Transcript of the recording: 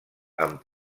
amb